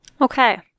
Okay